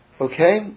Okay